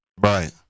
Right